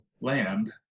land